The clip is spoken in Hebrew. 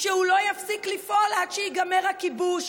שהוא לא יפסיק לפעול עד שייגמר הכיבוש.